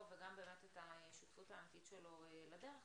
וגם באמת את השותפות האמיתית שלו לדרך.